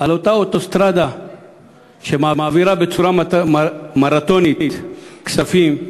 על אותה אוטוסטרדה שמעבירה בצורה מרתונית כספים.